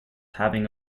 having